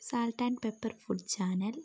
salt and pepper food channel